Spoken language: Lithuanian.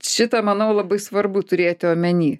šitą manau labai svarbu turėti omeny